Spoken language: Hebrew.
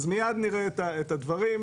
אז מיד נראה את הדברים,